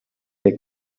der